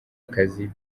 akazi